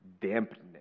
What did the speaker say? dampness